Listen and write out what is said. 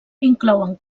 inclouen